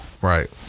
Right